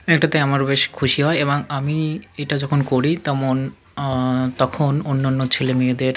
এইটাতে আমারও বেশ খুশি হয় এবং আমি এটা যখন করি তেমন তখন অন্যান্য ছেলে মেয়েদের